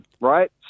right